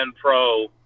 Pro